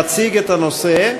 שיציג את הנושא,